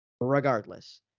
regardless